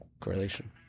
correlation